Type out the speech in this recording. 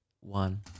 one